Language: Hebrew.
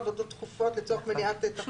עבודות דחופות לצורך מניעת חבלה או נזק לציבור.